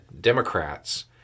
Democrats